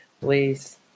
please